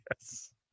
Yes